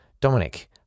Dominic